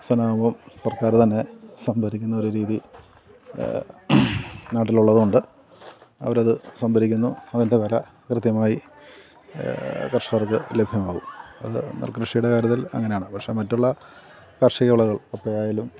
സർക്കാർ തന്നെ സംഭരിക്കുന്ന ഒരു രീതി നാട്ടിലുള്ളതു കൊണ്ട് അവർ അത് സംഭരിക്കുന്നു അതിൻ്റെ വില കൃത്യമായി കർഷകർക്ക് ലഭ്യമാകും അത് നെൽകൃഷിയുടെ കാര്യത്തിൽ അങ്ങനെയാണ് പക്ഷെ മറ്റുള്ള കാർഷിക വിളകൾ കപ്പ ആയാലും